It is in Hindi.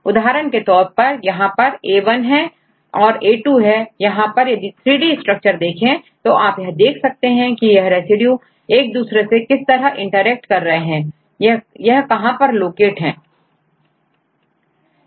उदाहरण के तौर पर यहां पर है एवन यहां है और A2 यहां पर है यदि 3D स्ट्रक्चर देखें तो आप यह देख सकते हैं की यह रेसिड्यू एक दूसरे से किस तरह इंटरेक्ट कर रहे हैं और यह कहा पर लोकेट हैं